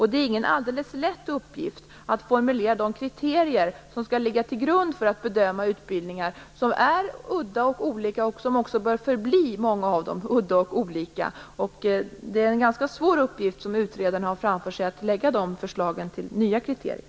Det är ingen alldeles lätt uppgift att formulera de kriterier som skall ligga till grund för att bedöma utbildningar som är udda och olika, och som också bör förbli - många av dem - udda och olika. Det är en ganska svår uppgift som utredarna har framför sig att lägga fram de förslagen till nya kriterier.